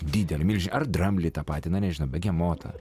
didelį milžinišką ar dramblį tą patį na nežinau begemotą